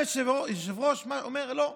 ובא היושב-ראש ואומר: לא,